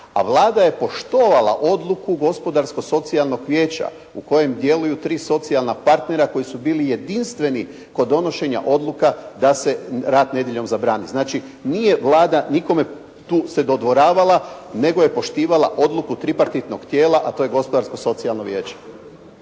a Vlada je poštovala odluku Gospodarsko-socijalnog vijeća u kojem djeluju tri socijalna partnera koji su bili jedinstveni kod donošenja odluka da se rad nedjeljom zabrani. Znači, nije Vlada nikome tu se dodvoravala nego je poštivala odluku tripartitnog tijela, a to je Gospodarsko-socijalno vijeće.